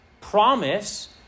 promise